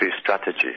strategy